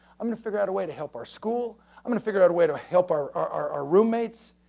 i'm gonna figure out a way to help our school i'm gonna figure out a way to help our roommates,